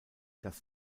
dass